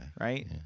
Right